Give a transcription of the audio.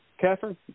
Catherine